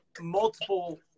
multiple